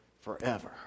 forever